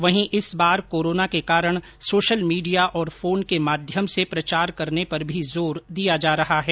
वहीं इस बार कोरोना के कारण सोशल मीडिया और फोन के माध्यम से प्रचार करने पर भी जोर दिया जा रहा है